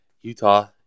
Utah